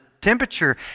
temperature